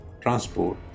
transport